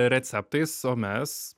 receptais o mes